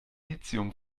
lithium